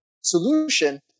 solution